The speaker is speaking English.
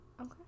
Okay